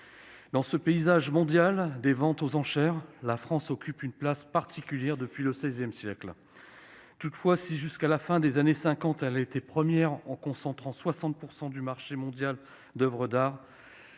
Dans le paysage mondial des ventes aux enchères, la France occupe une place particulière depuis le XVI siècle. Toutefois, si, jusqu'à la fin des années 1950, elle a été première en concentrant 60 % du marché mondial d'oeuvres d'art,